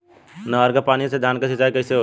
नहर क पानी से धान क सिंचाई कईसे होई?